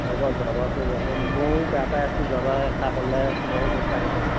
হ'ব বাৰু যোৱাবাৰ তোক অকণমান মইও বেয়া পাই আছোঁ যোৱাবাৰ এষাৰ ক'লে ময়ো গম পাইছোঁ